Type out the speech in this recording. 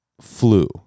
flu